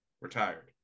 Retired